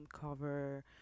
cover